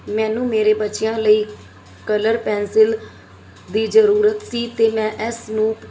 ਮੈਨੂੰ ਮੇਰੇ ਬੱਚਿਆਂ ਲਈ ਕਲਰ ਪੈਨਸਿਲ ਦੀ ਜ਼ਰੂਰਤ ਸੀ ਅਤੇ ਮੈਂ ਇਸ ਨੂੰ